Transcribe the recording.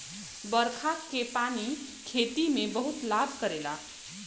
बरखा के पानी खेती में बहुते लाभ करेला